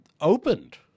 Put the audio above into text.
opened